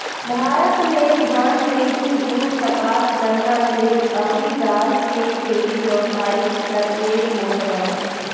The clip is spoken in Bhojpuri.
भारत में धान, गेंहू, जुट, कपास, गन्ना, तेल अउरी दाल के खेती व्यावसायिक स्तर पे होत ह